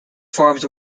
forms